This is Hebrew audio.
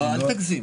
לא, אל תגזים.